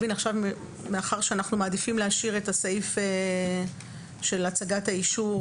מאחר שאנחנו מעדיפים להשאיר את הסעיף של הצגת האישור